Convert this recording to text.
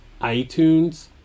iTunes